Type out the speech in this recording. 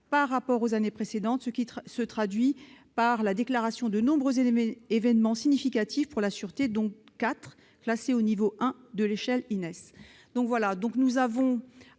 par rapport aux années précédentes, ce qui se traduit par la déclaration de nombreux événements significatifs pour la sûreté, dont quatre classés au niveau 1 de l'échelle INES. » Il nous faut